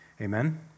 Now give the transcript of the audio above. Amen